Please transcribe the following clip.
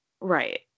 Right